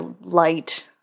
light